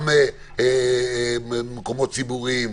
גם מקומות ציבוריים.